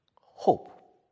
Hope